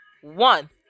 One